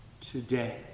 today